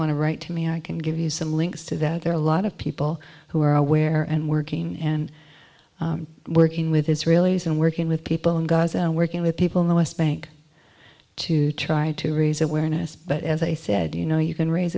want to write to me i can give you some links to that there are a lot of people who are aware and working and working with israelis and working with people in gaza working with people in the west bank to try to raise awareness but as i said you know you can raise